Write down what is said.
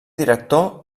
director